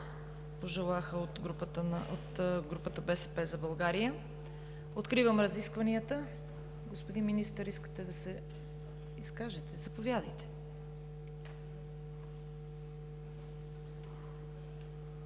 пожелаха от групата „БСП за България“. Откривам разискванията. Господин Министър, искате ли да се изкажете? МИНИСТЪР